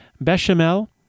bechamel